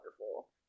wonderful